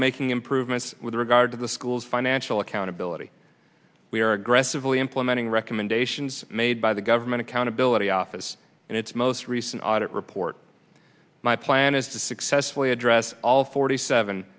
making improvements with regard to the school's financial accountability we are aggressively implementing recommendations made by the government accountability office and its most recent audit were port my plan is to successfully address all forty seven